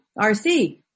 RC